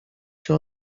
się